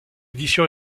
édition